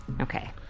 Okay